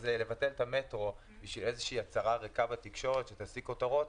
אז נבטל את המטרו בשביל איזו הצהרה ריקה בתקשורת שתשיג כותרות,